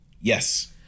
Yes